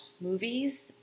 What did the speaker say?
movies